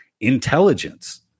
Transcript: intelligence